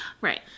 Right